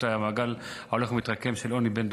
המעגל ההולך ומתרקם של עוני בין דורות.